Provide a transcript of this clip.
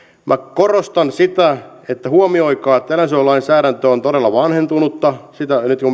korostan sitä että huomioikaa että eläinsuojelulainsäädäntö on todella vanhentunutta nyt kun